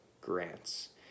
Grants